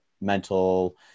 mental